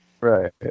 Right